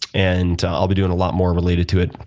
and i'll be doing a lot more related to it.